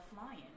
flying